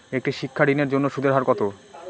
একটি শিক্ষা ঋণের জন্য সুদের হার কত?